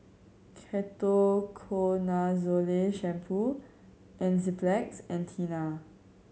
Ketoconazole Shampoo Enzyplex and Tena